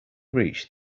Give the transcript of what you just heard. reached